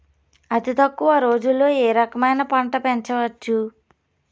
అతి తక్కువ రోజుల్లో ఏ రకమైన పంట పెంచవచ్చు?